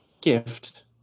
Gift